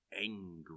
angry